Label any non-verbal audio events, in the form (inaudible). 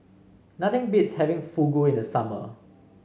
nothing (noise) beats having Fugu in the summer